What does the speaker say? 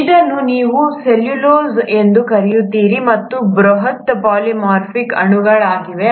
ಮಾಡಲ್ಪಟ್ಟಿದೆ ಇದನ್ನು ನೀವು ಸೆಲ್ಯುಲೋಸ್ ಎಂದು ಕರೆಯುತ್ತೀರಿ ಮತ್ತು ಇವು ಬೃಹತ್ ಪಾಲಿಮರಿಕ್ ಅಣುಗಳಾಗಿವೆ